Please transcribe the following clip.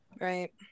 Right